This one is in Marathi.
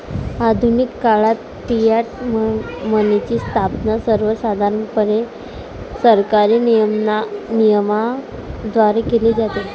आधुनिक काळात फियाट मनीची स्थापना सर्वसाधारणपणे सरकारी नियमनाद्वारे केली जाते